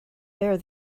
there